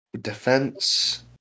defense